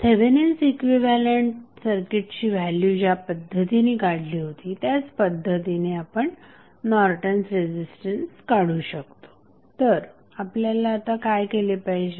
Thevenin's equivalent सर्किटची value ज्या पद्धतीने काढली होती त्याच पद्धतीने आपण नॉर्टन्स रेझिस्टन्स काढू शकतो तर आता आपल्याला काय केले पाहिजे